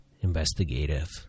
investigative